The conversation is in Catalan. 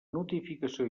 notificació